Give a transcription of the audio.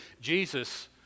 Jesus